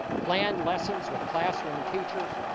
planned lessons with classroom teachers,